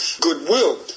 goodwill